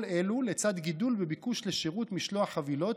כל אלו, לצד גידול בביקוש לשירות משלוח חבילות,